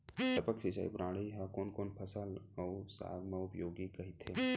टपक सिंचाई प्रणाली ह कोन कोन फसल अऊ साग म उपयोगी कहिथे?